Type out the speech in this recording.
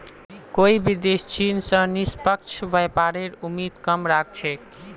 कोई भी देश चीन स निष्पक्ष व्यापारेर उम्मीद कम राख छेक